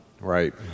Right